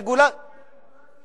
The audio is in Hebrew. תהיה רגולציה יותר חלשה.